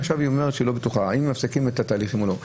ועכשיו היא אומרת שהיא לא בטוחה אם מפסיקים את התהליכים או לא.